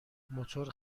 موتور